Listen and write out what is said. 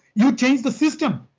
you change the system.